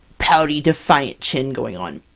pouty defiant chin going on.